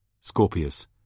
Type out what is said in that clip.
Scorpius